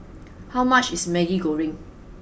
how much is Maggi Goreng